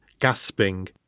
gasping